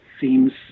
seems